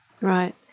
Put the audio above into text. Right